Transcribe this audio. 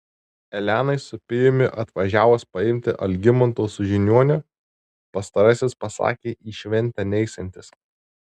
elenai su pijumi atvažiavus paimti algimanto su žiniuoniu pastarasis pasakė į šventę neisiantis